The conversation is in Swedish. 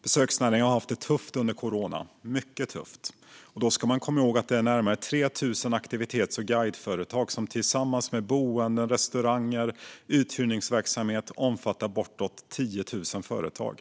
Besöksnäringen har haft det tufft under corona, mycket tufft. Då ska man komma ihåg att det är närmare 3 000 aktivitets och guideföretag som tillsammans med boenden, restauranger och uthyrningsverksamhet omfattar bortåt 10 000 företag.